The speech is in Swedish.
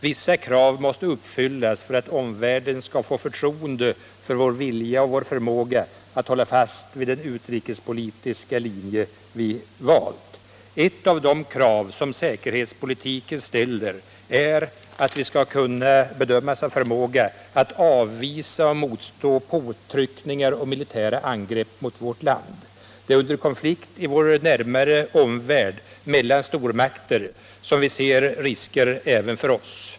Vissa krav måste uppfyllas för att omvärlden skall få förtroende för vår vilja och förmåga att hålla fast vid den utrikespolitiska linje som vi har valt. Ett av de krav som säkerhetspolitiken ställer är att vi skall kunna bedömas ha förmåga att avvisa och motstå påtryckningar och militära angrepp mot vårt land. Det är under konflikt i vår närmaste omvärld mellan stormakter som vi ser risker även för oss.